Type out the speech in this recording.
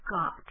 got